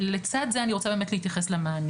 לצד זה אני רוצה באמת להתייחס למענים,